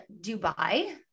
Dubai